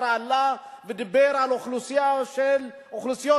כשעלה ודיבר על אוכלוסיות מסוימות,